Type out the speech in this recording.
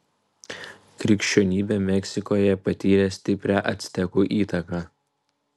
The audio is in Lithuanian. krikščionybė meksikoje patyrė stiprią actekų įtaką